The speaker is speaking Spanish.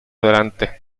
delante